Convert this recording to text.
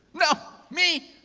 no. me?